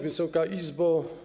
Wysoka Izbo!